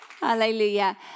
Hallelujah